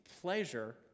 pleasure